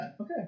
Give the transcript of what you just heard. Okay